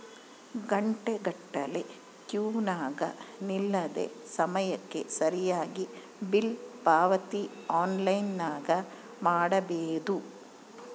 ಘಂಟೆಗಟ್ಟಲೆ ಕ್ಯೂನಗ ನಿಲ್ಲದೆ ಸಮಯಕ್ಕೆ ಸರಿಗಿ ಬಿಲ್ ಪಾವತಿ ಆನ್ಲೈನ್ನಾಗ ಮಾಡಬೊದು